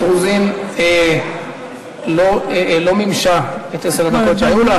רוזין לא מימשה את עשר הדקות שהיו לה,